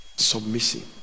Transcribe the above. Submissive